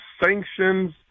sanctions